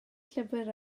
llyfr